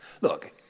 Look